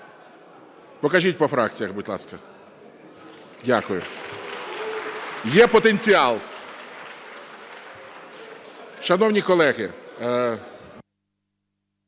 Покажіть по фракціях, будь ласка. Дякую, є потенціал. Шановні колеги,